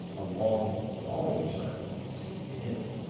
a long, long time, it seemed to him,